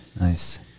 Nice